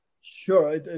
Sure